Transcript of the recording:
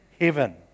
heaven